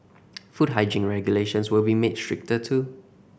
food hygiene regulations will be made stricter too